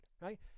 right